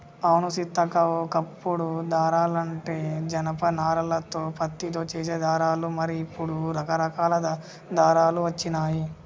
అవును సీతక్క ఓ కప్పుడు దారాలంటే జనప నారాలతో పత్తితో చేసే దారాలు మరి ఇప్పుడు రకరకాల దారాలు వచ్చినాయి